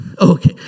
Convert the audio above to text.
Okay